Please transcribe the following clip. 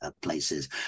places